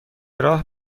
راه